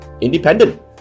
independent